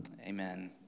Amen